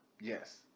Yes